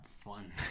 fun